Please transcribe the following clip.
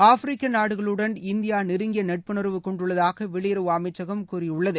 ஆப்பிரிக்கநாடுகளுடன் இந்தியாநெருங்கியநட்புணர்வு கொண்டுள்ளதாகவெளியுறவு கோவிட் கூறியுள்ளது